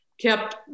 kept